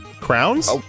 Crowns